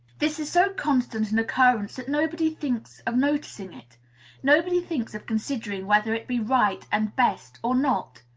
this is so constant an occurrence that nobody thinks of noticing it nobody thinks of considering whether it be right and best, or not.